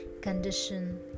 Condition